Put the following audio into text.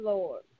Lord